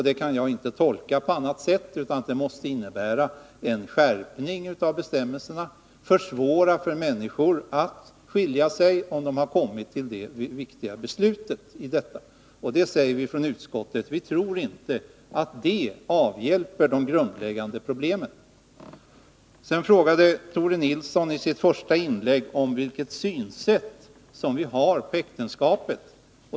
Det kan jag inte tolka på annat sätt än att det måste innebära en skärpning av bestämmelserna, försvåra för människorna att skilja sig, om de har kommit till det viktiga beslutet. Vi säger från utskottets sida att vi inte tror att det avhjälper de grundläggande problemen. Tore Nilsson frågade i sitt första inlägg vilken syn vi har på äktenskapet.